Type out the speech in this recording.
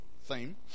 theme